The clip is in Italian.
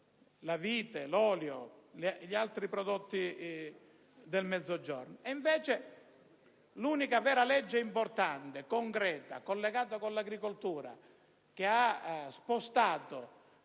vite, dell'olio e di altri prodotti del Mezzogiorno.